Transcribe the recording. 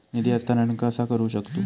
निधी हस्तांतर कसा करू शकतू?